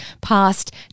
past